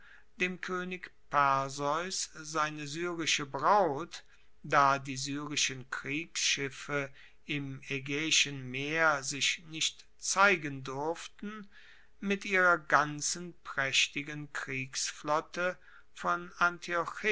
dem koenig perseus seine syrische braut da die syrischen kriegsschiffe im aegaeischen meer sich nicht zeigen durften mit ihrer ganzen praechtigen kriegsflotte von